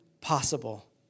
possible